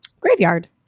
graveyard